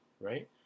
right